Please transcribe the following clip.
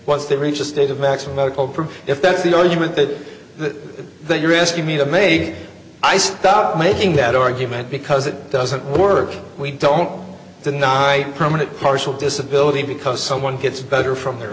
once they reach a state of maximum medical proof if that's you know you meant that you're asking me to maybe i stop making that argument because it doesn't work we don't deny permanent partial disability because someone gets better from their